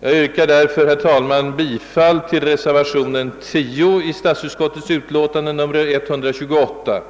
Jag yrkar därför bifall till reservationen 10 vid statsutskottets utlåtande nr 128.